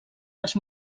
les